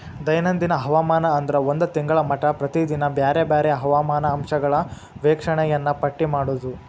ದೈನಂದಿನ ಹವಾಮಾನ ಅಂದ್ರ ಒಂದ ತಿಂಗಳ ಮಟಾ ಪ್ರತಿದಿನಾ ಬ್ಯಾರೆ ಬ್ಯಾರೆ ಹವಾಮಾನ ಅಂಶಗಳ ವೇಕ್ಷಣೆಯನ್ನಾ ಪಟ್ಟಿ ಮಾಡುದ